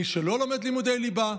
מי שלא לומד לימודי ליבה,